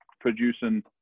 producing